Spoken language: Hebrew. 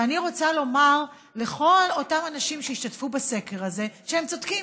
ואני רוצה לומר לכל אותם אנשים שהשתתפו בסקר הזה שהם צודקים,